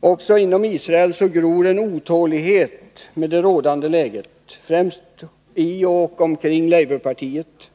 Också inom Israel gror en otålighet över det rådande läget, främst i och omkring labourpartiet.